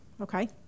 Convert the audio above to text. Okay